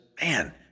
man